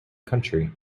country